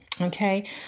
Okay